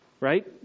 Right